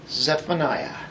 Zephaniah